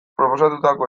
proposatutako